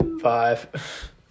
Five